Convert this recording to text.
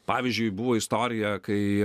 pavyzdžiui buvo istorija kai